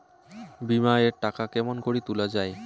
বিমা এর টাকা কেমন করি তুলা য়ায়?